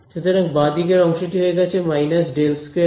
সুতরাং বাঁদিকের অংশটি হয়ে গেছে − ∇2E